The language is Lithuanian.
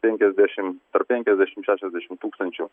penkiasdešim tarp penkiasdešim šešiasdešim tūkstančių